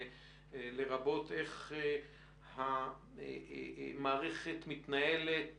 לרבות איך המערכת מתנהלת